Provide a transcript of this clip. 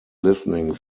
listening